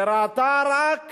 שראתה רק